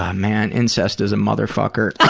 ah man, incest is a motherfucker!